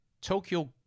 Tokyo